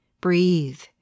breathe